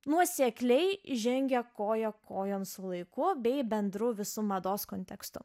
nuosekliai žengia koja kojon su laiku bei bendru visu mados kontekstu